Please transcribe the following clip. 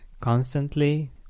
constantly